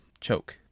choke